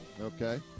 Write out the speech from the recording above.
Okay